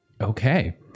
Okay